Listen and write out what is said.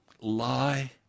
lie